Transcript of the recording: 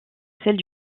celle